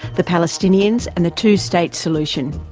the palestinians and the two-state solution.